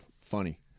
funny